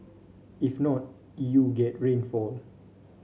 if not you get rainfall